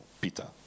Peter